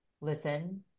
listen